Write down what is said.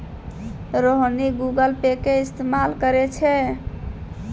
Rohini Google Pay के इस्तेमाल करै छै